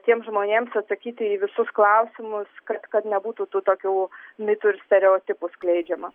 tiems žmonėms atsakyti į visus klausimus kad kad nebūtų tų tokių mitų ir stereotipų skleidžiama